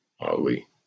Ali